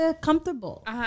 comfortable